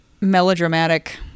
melodramatic